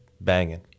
banging